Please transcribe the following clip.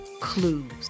clues